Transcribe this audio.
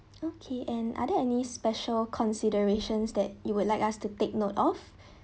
okay and are there any special considerations that you would like us to take note of